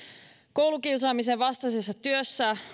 koulukiusaamisen vastaisessa työssä